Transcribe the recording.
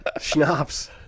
schnapps